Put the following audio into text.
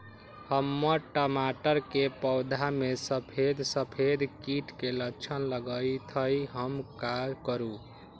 हमर टमाटर के पौधा में सफेद सफेद कीट के लक्षण लगई थई हम का करू?